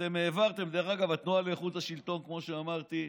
כמו שאמרתי,